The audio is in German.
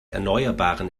erneuerbaren